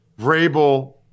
Vrabel